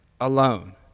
alone